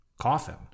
Coffin